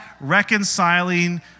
reconciling